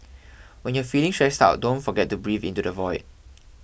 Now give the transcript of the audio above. when you are feeling stressed out don't forget to breathe into the void